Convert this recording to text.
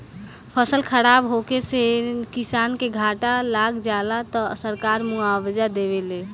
फसल खराब होखे से किसान के घाटा लाग जाला त सरकार मुआबजा देवेला